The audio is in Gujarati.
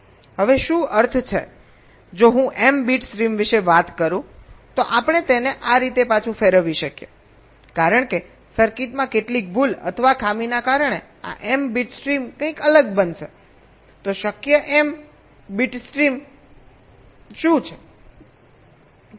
હવે શું અર્થ છે જો હું m બીટ સ્ટ્રીમ વિશે વાત કરું તો આપણે તેને આ રીતે પાછું ફેરવીએ છીએ કારણ કે સર્કિટમાં કેટલીક ભૂલ અથવા ખામીને કારણે આ m બીટ સ્ટ્રીમ કંઈક અલગ બનશેતો શક્ય એમ બીટ સ્ટ્રીમ્સ શું છે